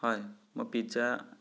হয় মই পিজ্জা